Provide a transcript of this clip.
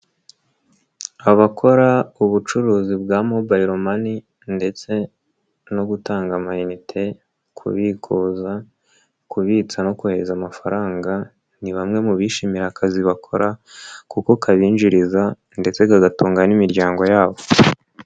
Abakora ubucuruzi bwa Mobile Money ndetse no gutanga amayinite, kubikuza, kubitsa no kohereza amafaranga, ni bamwe mu bishimira akazi bakora kuko kabinjiriza ndetse kagatunga n'imiryango yabo.